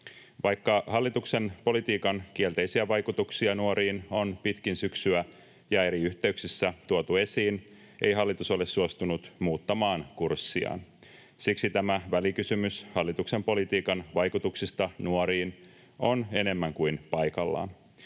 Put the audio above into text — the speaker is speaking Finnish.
Vaikka hallituksen politiikan kielteisiä vaikutuksia nuoriin on pitkin syksyä ja eri yhteyksissä tuotu esiin, ei hallitus ole suostunut muuttamaan kurssiaan. Siksi tämä välikysymys hallituksen politiikan vaikutuksista nuoriin on enemmän kuin paikallaan.